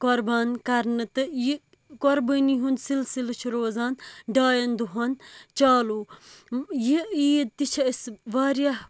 قُۄربان کَرنہٕ تہٕ یہِ قُۄربٲنِی ہُنٛد سِلسِلہٕ چھِ روزان ڈایَن دۄہَن چالُو یہِ عیٖد تہِ چھِ أسۍ واریاہ